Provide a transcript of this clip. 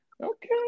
okay